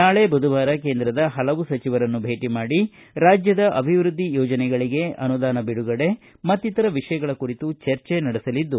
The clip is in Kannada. ನಾಳೆ ಬುಧವಾರ ಕೇಂದ್ರದ ಹಲವು ಸಚಿವರನ್ನು ಭೇಟಮಾಡಿ ರಾಜ್ದದ ಅಭಿವೃದ್ದಿ ಯೋಜನೆಗೆಳಗೆ ಅನುದಾನ ಬಿಡುಗಡೆ ಮತ್ತಿತರ ವಿಷಯಗಳ ಕುರಿತು ಚರ್ಚೆ ನಡೆಸಲಿದ್ದು